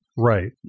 Right